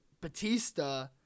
Batista